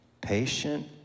Patient